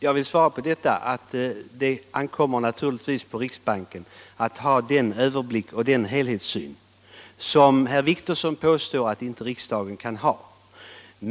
Herr talman! Det ankommer naturligtvis på riksbanken att ha den överblick och den helhetssyn som herr Wictorsson påstår att inte riksdagen kan ha.